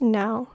now